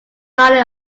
valley